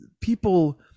people